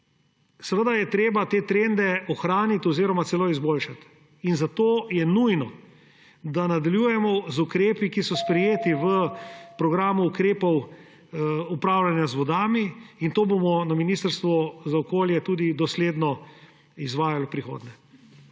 Seveda je treba te trende ohraniti oziroma celo izboljšati in zato je nujno, da nadaljujemo z ukrepi, ki so sprejeti v Programu ukrepov upravljanja z vodami in to bomo na Ministrstvu za okolje tudi dosledno izvajali v prihodnje.